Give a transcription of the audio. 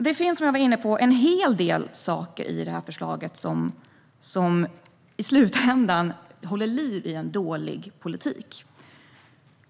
Det finns, som jag var inne på, en hel del saker i förslaget som i slutändan håller liv i en dålig politik.